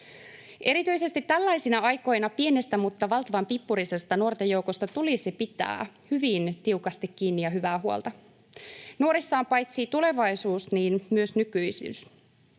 Erityisesti tällaisina aikoina pienestä mutta valtavan pippurisesta nuorten joukosta tulisi pitää hyvin tiukasti kiinni ja hyvää huolta. Nuorissa on paitsi tulevaisuus myös nykyisyys.